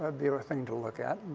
ah be a thing to look at.